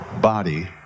body